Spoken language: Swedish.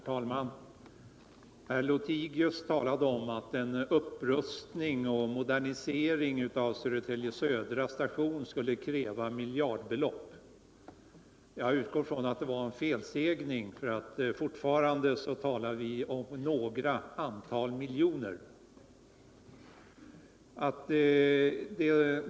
Herr talman! Herr Lothigius talade om att en upprustning och modernisering av Södertälje Södra skulle kräva miljardbelop. Jag utgår från att det var en felsägning, eftersom vi fortfarande talar om en summa av några få miljoner.